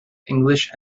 english